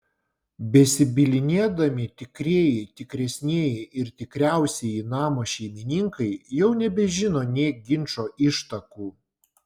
besibylinėdami tikrieji tikresnieji ir tikriausieji namo šeimininkai jau nebežino nė ginčo ištakų